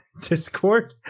Discord